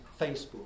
Facebook